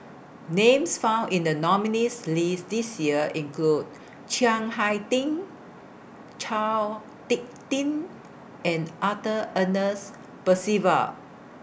Names found in The nominees' list This Year include Chiang Hai Ding Chao Hick Tin and Arthur Ernest Percival